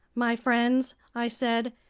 my friends, i said,